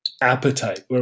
appetite